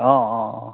অঁ অঁ অঁ